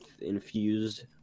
infused